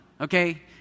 Okay